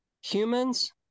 humans